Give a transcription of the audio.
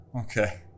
Okay